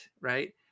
right